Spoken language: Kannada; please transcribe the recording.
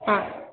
ಹಾಂ